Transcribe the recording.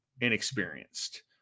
inexperienced